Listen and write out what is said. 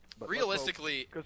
realistically